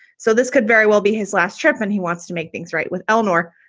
so this could very well be his last trip. and he wants to make things right with eleanor.